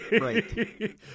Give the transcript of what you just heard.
Right